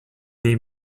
les